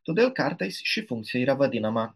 todėl kartais ši funkcija yra vadinama